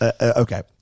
Okay